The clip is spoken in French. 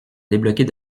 débloquer